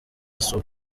sup